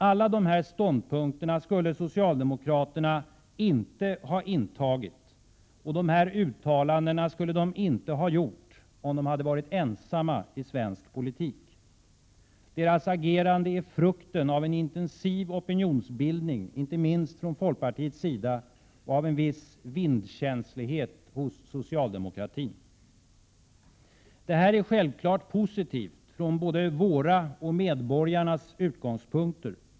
Alla dessa ståndpunkter skulle socialdemokraterna inte ha intagit, och dessa uttalanden skulle de inte ha gjort, om de hade varit ensamma i svensk politik. Deras agerande är frukten av en intensiv opinionsbildning, inte minst från folkpartiets sida, och av en viss vindkänslighet hos socialdemokratin. Detta är självfallet positivt från våra och från medborgarnas utgångspunkter.